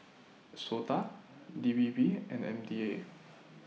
Sota D P P and M D A